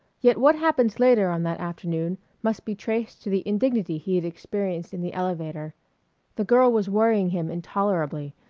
yet what happened later on that afternoon must be traced to the indignity he had experienced in the elevator the girl was worrying him intolerably,